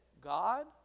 God